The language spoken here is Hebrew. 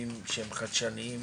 בתחומים שהם חדשניים